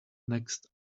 next